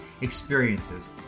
experiences